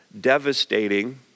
devastating